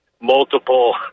multiple